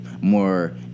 more